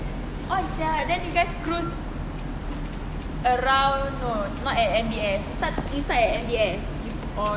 on sia then you guys cruise around no not at M_B_S is not is not at M_B_S